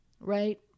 right